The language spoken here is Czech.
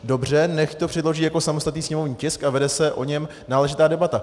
Dobře, nechť to předloží jako samostatný sněmovní tisk a vede se o něm náležitá debata.